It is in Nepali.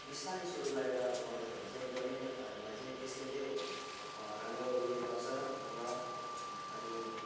बिस्तारी सुरु गरेर गाउँदाखेरि चाहिँ एकदमै हामीलाई चाहिँ त्यसले चाहिँ राम्रो उयो गर्छ र अनि